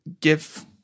give